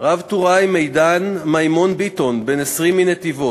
רב-טוראי מידן מימון ביטון, בן 20, מנתיבות,